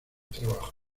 trabajo